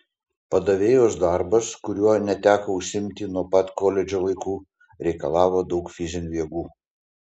padavėjos darbas kuriuo neteko užsiimti nuo pat koledžo laikų reikalavo daug fizinių jėgų